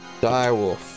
Direwolf